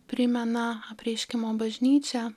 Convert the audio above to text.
primena apreiškimo bažnyčia